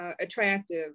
attractive